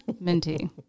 minty